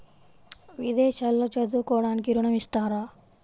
విదేశాల్లో చదువుకోవడానికి ఋణం ఇస్తారా?